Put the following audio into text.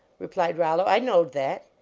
replied rollo, i knowed that.